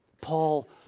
Paul